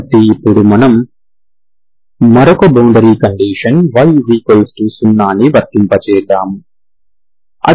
కాబట్టి ఇప్పుడు మనం మరొక బౌండరీ కండీషన్ y0ని వర్తింపజేస్తాము